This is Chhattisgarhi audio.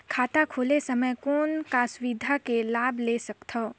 खाता खोले समय कौन का सुविधा के लाभ ले सकथव?